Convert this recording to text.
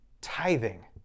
tithing